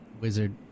wizard